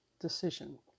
decision